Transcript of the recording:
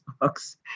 books